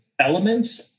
elements